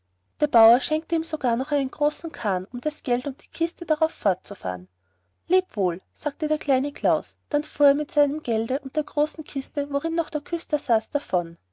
der bauer schenkte ihm sogar noch einen großen karren um das geld und die kiste darauf fortzufahren lebe wohl sagte der kleine klaus und dann fuhr er mit seinem gelde und der großen kiste worin noch der küster saß davon